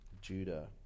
Judah